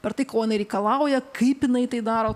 per tai ko jinai reikalauja kaip jinai tai daro